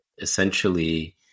essentially